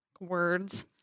words